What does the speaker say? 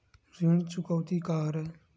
ऋण चुकौती का हरय?